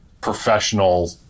professional